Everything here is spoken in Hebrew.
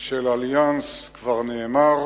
של "אליאנס", כבר נאמר.